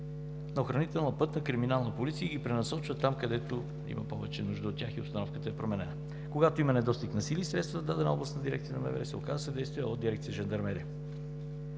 на „Охранителна“, „Пътна“, „Криминална полиция“ и ги пренасочват там, където има повече нужда от тях и обстановката е променена. Когато има недостиг на сили и средства в дадена областна дирекция на МВР, се оказва съдействие от дирекция „Жандармерия“.